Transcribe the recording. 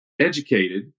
educated